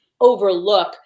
overlook